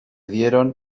dieron